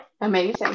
Amazing